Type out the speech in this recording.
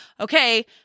okay